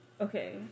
okay